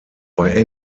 bei